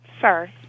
Sir